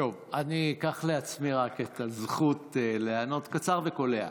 אני אקח לעצמי את הזכות לענות קצר וקולע.